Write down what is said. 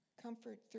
Comfort